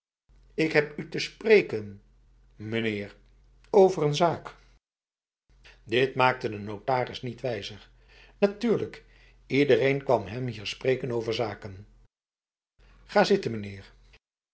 ik heb u te spreken meneer over n zaak dit maakte de notaris niet wijzer natuurlijk ledereen kwam hem hier spreken over zaken ga zitten meneerf